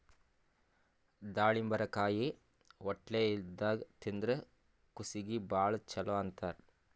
ದಾಳಿಂಬರಕಾಯಿ ಹೊಟ್ಲೆ ಇದ್ದಾಗ್ ತಿಂದ್ರ್ ಕೂಸೀಗಿ ಭಾಳ್ ಛಲೋ ಅಂತಾರ್